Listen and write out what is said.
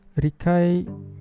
Rikai